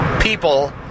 people